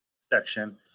section